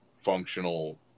functional